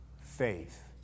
faith